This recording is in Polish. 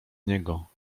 niego